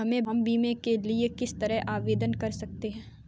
हम बीमे के लिए किस तरह आवेदन कर सकते हैं?